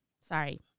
Sorry